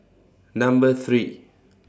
Number three